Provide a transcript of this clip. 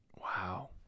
wow